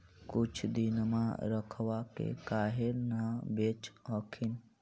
कुछ दिनमा रखबा के काहे न बेच हखिन?